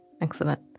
excellent